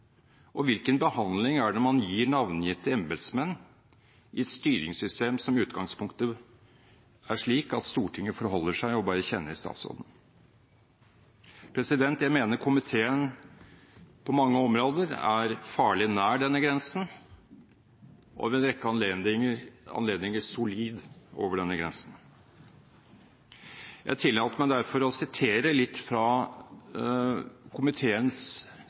Og hvilken behandling er det man gir navngitte embetsmenn i et styringssystem som i utgangspunktet er slik at Stortinget forholder seg til og bare kjenner statsråden? Jeg mener komiteen på mange områder er farlig nær denne grensen – og ved en rekke anledninger solid over denne grensen. Jeg tillater meg derfor å sitere litt fra komiteens